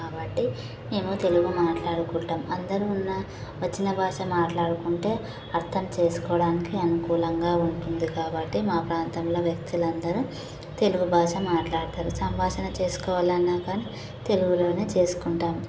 కాబట్టి మేము తెలుగు మాట్లాడుకుంటాము అందరూ ఉన్నా వచ్చిన భాష మాట్లాడుకుంటే అర్థం చేసుకోవడానికి అనుకూలంగా ఉంటుంది కాబట్టి మా ప్రాంతంలో వ్యక్తులందరూ తెలుగు భాష మాట్లాడుతారు సంభాషణ చేసుకోవాలన్నా కాని తెలుగులోనే చేసుకుంటాము